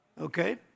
Okay